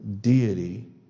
deity